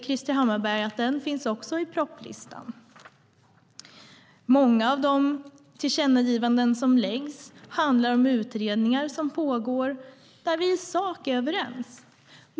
Krister Hammarbergh vet att den också finns i listan över propositioner. Många av de tillkännagivanden som läggs fram handlar om utredningar som pågår och där vi i sak är överens.